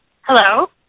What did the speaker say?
Hello